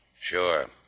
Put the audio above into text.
Sure